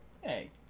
Hey